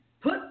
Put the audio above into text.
put